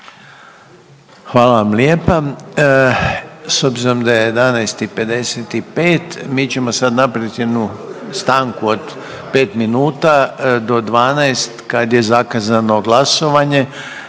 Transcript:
Hvala vam lijepa. S obzirom da je 11,55 mi ćemo sad napraviti jednu stanku od pet minuta do 12,00 kad je zakazano glasovanje